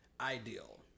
ideal